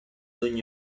ogni